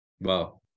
Wow